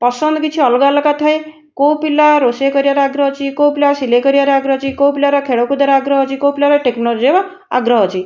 ପସନ୍ଦ କିଛି ଅଲଗା ଅଲଗା ଥାଏ କୋଉ ପିଲା ରୋଷେଇ କରିବାରେ ଆଗ୍ରହ ଅଛି କୋଉ ପିଲା ସିଲେଇ କରିବାରେ ଆଗ୍ରହ ଅଛି କୋଉ ପିଲାର ଖେଳକୁଦର ଆଗ୍ରହ ଅଛି କୋଉ ପିଲାର ଟେକ୍ନୋଲୋଜିରେ ଆଗ୍ରହ ଅଛି